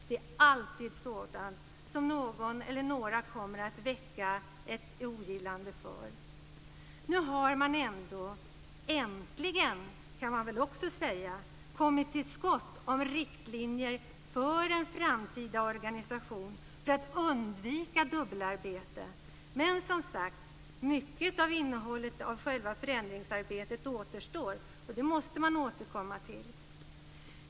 Det är sådant som alltid kommer att väcka någons eller någras ogillande. Nu har man ändå - äntligen kan man säga - kommit till skott om riktlinjer för en framtida organisation för att undvika dubbelarbete. Men som sagt, mycket av innehållet av själva förändringsarbetet återstår, och det måste man återkomma till.